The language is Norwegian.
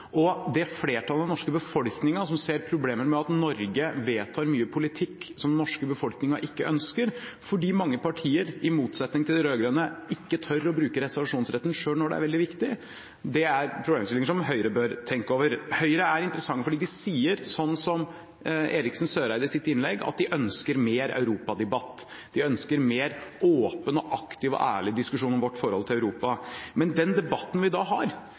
at Norge vedtar mye politikk som den norske befolkningen ikke ønsker, fordi mange partier, i motsetning til de rød-grønne, ikke tør å bruke reservasjonsretten selv når det er veldig viktig, er problemstillinger som Høyre bør tenke over. Høyre er interessante fordi de sier – slik som Eriksen Søreide sa i sitt innlegg – at de ønsker mer europadebatt, de ønsker en mer åpen, aktiv og ærlig diskusjon om vårt forhold til Europa. Men den debatten vi har,